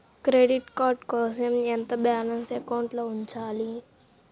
Credit card కోసం ఎంత balance అకౌంట్లో ఉంచాలి?